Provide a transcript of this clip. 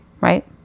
right